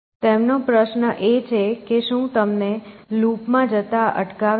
તેમનો પ્રશ્ન એ છે કે શું તમને લૂપ માં જતા અટકાવે છે